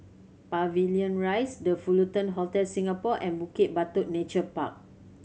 Pavilion Rise The Fullerton Hotel Singapore and Bukit Batok Nature Park